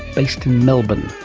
based in melbourne.